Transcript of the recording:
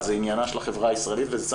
זה עניינה של החברה הישראלית וזה צריך